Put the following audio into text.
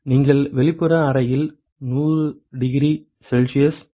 நீங்கள் வெளிப்புற அறையில் 100oC இல் 0